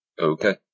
Okay